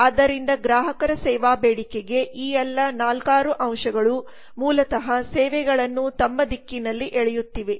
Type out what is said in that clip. ಆದ್ದರಿಂದ ಗ್ರಾಹಕರ ಸೇವಾ ಬೇಡಿಕೆಗೆ ಈ ಎಲ್ಲಾ 4 6 ಅಂಶಗಳು ಮೂಲತಃ ಸೇವೆಗಳನ್ನು ತಮ್ಮ ದಿಕ್ಕಿನಲ್ಲಿ ಎಳೆಯುತ್ತಿವೆ